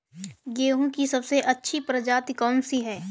गेहूँ की सबसे अच्छी प्रजाति कौन सी है?